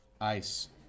ice